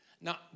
Now